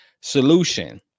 Solution